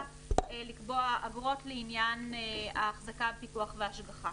לקבוע אגרות לעניין ההחזקה על פיקוח והשגחה.